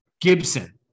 Gibson